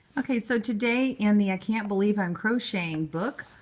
ok. so today, in the i can't believe i'm crocheting book,